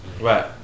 Right